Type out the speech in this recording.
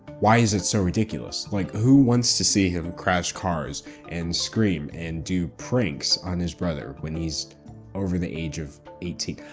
why is it so ridiculous? like who wants to see him crash cars and scream and do pranks on his brother when he's over the age of eighteen?